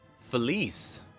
Felice